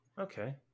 Okay